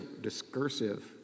discursive